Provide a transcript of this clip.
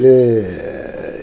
ah